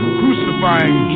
crucifying